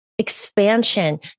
expansion